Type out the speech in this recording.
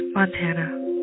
Montana